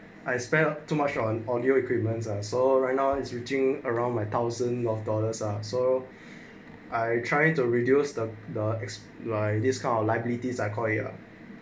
I spend too much on audio equipments ah so right now is reaching around my thousands of dollars ah so I try to reduce the the is like this kind of liabilities are choir